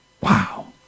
Wow